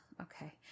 Okay